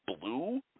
blue